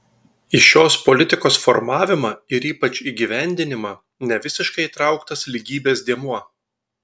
į šios politikos formavimą ir ypač įgyvendinimą nevisiškai įtrauktas lygybės dėmuo